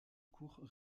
court